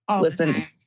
listen